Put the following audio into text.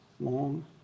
long